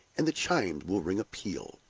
and the chimes will ring a peal.